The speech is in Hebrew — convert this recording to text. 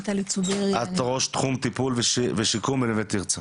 את ראש שיקום וטיפול בכלא "נווה תרצה".